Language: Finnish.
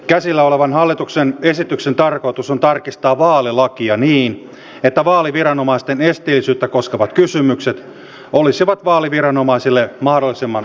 käsillä olevan hallituksen esityksen tarkoitus on tarkistaa vaalilakia niin että vaaliviranomaisten esteellisyyttä koskevat kysymykset olisivat vaaliviranomaisille mahdollisimman selkeitä